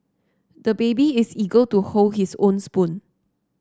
the baby is eager to hold his own spoon